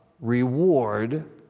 reward